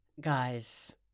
guys